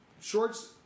Shorts